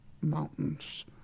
mountains